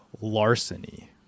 larceny